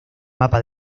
mapa